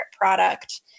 product